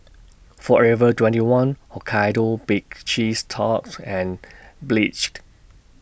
Forever twenty one Hokkaido Baked Cheese Tart and Pledge